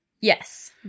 Yes